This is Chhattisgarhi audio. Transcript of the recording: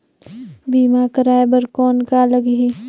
बीमा कराय बर कौन का लगही?